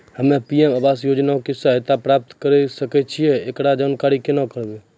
हम्मे पी.एम आवास योजना के सहायता प्राप्त करें सकय छियै, एकरो जानकारी केना करबै?